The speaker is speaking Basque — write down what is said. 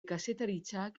kazetaritzak